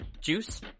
Juice